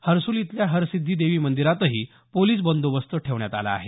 हसुल इथल्या हरसिद्धी देवी मंदिरातही पोलीस बंदोबस्त ठेवण्यात आला आहे